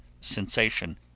sensation